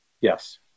Yes